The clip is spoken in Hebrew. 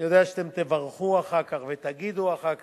אני יודע שאתם תברכו אחר כך ותגידו אחר כך,